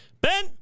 Ben